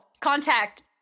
contact